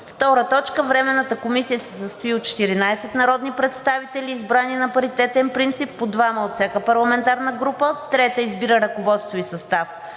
Сorporation. 2. Временната комисия се състои от 14 народни представители, избрани на паритетен принцип – по двама от всяка парламентарна група. 3. Избира ръководство и състав